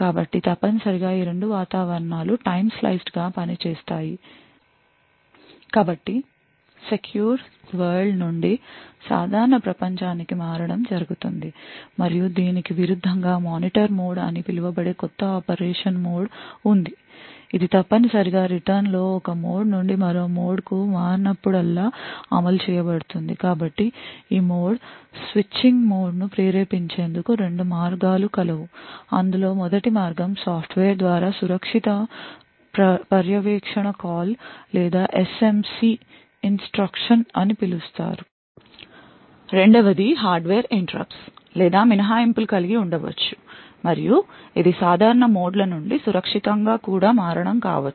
కాబట్టి తప్పనిసరిగా ఈ రెండు వాతావరణాలు time sliced గా పనిచేస్తాయి కాబట్టి సెక్యూర్ వరల్డ్ నుండి సాధారణ ప్రపంచానికి మారడం జరుగుతుంది మరియు దీనికి విరుద్ధంగా మానిటర్ మోడ్ అని పిలువబడే కొత్త ఆపరేషన్ మోడ్ ఉంది ఇది తప్పనిసరిగా రిటర్న్లో ఒక మోడ్ నుండి మరొక మోడ్కు మారి నప్పుడల్లా అమలు చేయబడుతుంది కాబట్టి ఈ మోడ్ స్విచింగ్ ను ప్రేరేపించేందుకు రెండు మార్గాలు కలవు అందులో మొదటి మార్గం సాఫ్ట్వేర్ ద్వారా సురక్షిత పర్యవేక్షణ కాల్ లేదా SMC ఇన్స్ట్రక్షన్ అని పిలుస్తారు రెండవ ది హార్డ్వేర్ interrupts లేదా మినహాయింపులు కలిగి ఉండవచ్చు మరియు ఇది సాధారణం మోడ్ల నుండి సురక్షితంగా కూడా మారడం కావచ్చు